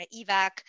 evac